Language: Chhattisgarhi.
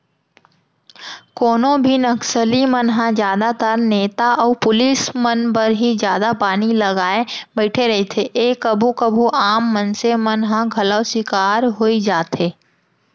कोनो भी नक्सली मन ह जादातर नेता अउ पुलिस मन बर ही जादा बानी लगाय बइठे रहिथे ए कभू कभू आम मनसे मन ह घलौ सिकार होई जाथे